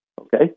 Okay